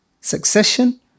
Succession